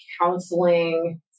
counseling